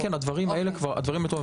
כן, כן, הדברים מתואמים.